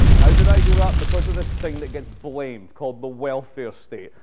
how did i do that? because of this thing that gets blamed called the welfare state,